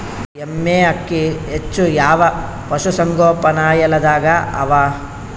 ಎಮ್ಮೆ ಅಕ್ಕಿ ಹೆಚ್ಚು ಯಾವ ಪಶುಸಂಗೋಪನಾಲಯದಾಗ ಅವಾ?